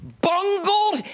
bungled